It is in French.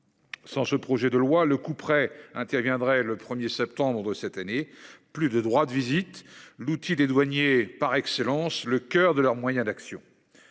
Sans ce projet de loi le couperet interviendrait le 1er septembre de cette année, plus de droit de visite l'outil des douaniers par excellence, le coeur de leurs moyens d'action.